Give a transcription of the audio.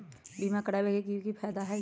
बीमा करबाबे के कि कि फायदा हई?